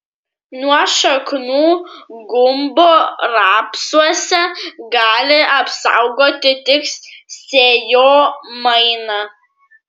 nuo šaknų gumbo rapsuose gali apsaugoti tik sėjomaina